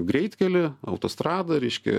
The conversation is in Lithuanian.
greitkelį autostradą reiškia